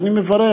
ואני מברך.